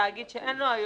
שאין היום,